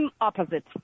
opposite